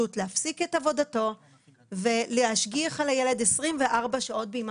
אחרי שמבחינת האנורקסיה הצליחו לעזור לה,